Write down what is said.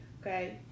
okay